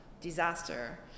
disaster